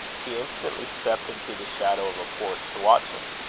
he instantly stepped into the shadow of a porch to watch him.